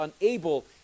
unable